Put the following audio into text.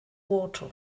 water